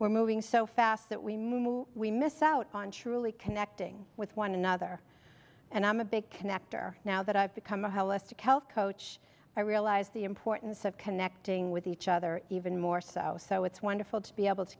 we're moving so fast that we move we miss out on truly connecting with one another and i'm a big connector now that i've become a holistic health coach i realize the importance of connecting with each other even more so so it's wonderful to be able to